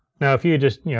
now if you had just, yeah